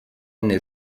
nel